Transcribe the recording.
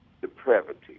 depravity